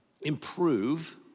improve